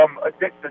addicted